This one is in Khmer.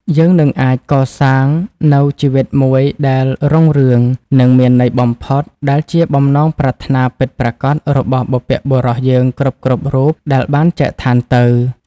យើងនឹងអាចកសាងនូវជីវិតមួយដែលរុងរឿង និងមានន័យបំផុត ដែលជាបំណងប្រាថ្នាពិតប្រាកដរបស់បុព្វបុរសយើងគ្រប់ៗរូបដែលបានចែកឋានទៅ។